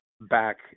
back